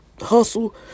hustle